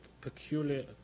peculiar